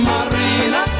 Marina